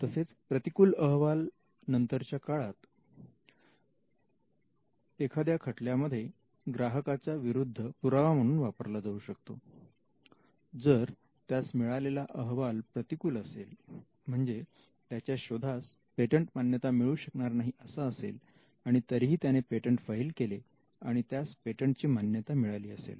तसेच प्रतिकूल अहवाल नंतरच्या काळात एखाद्या खटल्यांमध्ये ग्राहकाच्या विरुद्ध पुरावा म्हणून वापरला जाऊ शकतो जर त्यास मिळालेला अहवाल प्रतिकूल असेल म्हणजे त्याच्या शोधास पेटंट मान्यता मिळू शकणार नाही असा असेल आणि तरीही त्याने पेटंट फाईल केले आणि त्यास पेटंट ची मान्यता मिळाली असेल